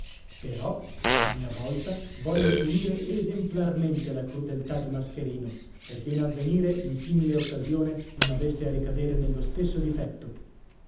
però a mia volta volli punire esemplarmente la crudeltà dì mascherino perché in avvenire in simile occasione non avesse a ricadere nello stesso difetto